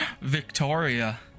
Victoria